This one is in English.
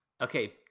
Okay